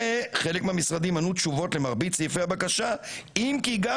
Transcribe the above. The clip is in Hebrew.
וחלק מהמשרדים ענו תשובות למרבית סעיפי הבקשה אם כי גם